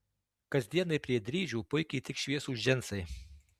kasdienai prie dryžių puikiai tiks šviesūs džinsai